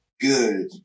good